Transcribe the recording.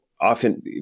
often